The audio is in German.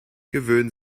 gewöhnen